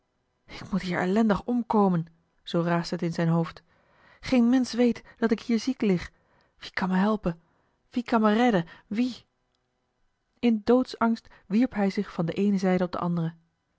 ik moet hier ellendig omkomen zoo raasde het in zijn hoofd geen mensch weet dat ik hier ziek lig wie kan me helpen wie kan me redden wie eli heimans willem roda in doodsangst wierp hij zich van de eene zijde op de andere